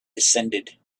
descended